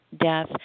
death